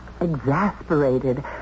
exasperated